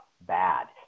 bad